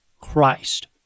Christ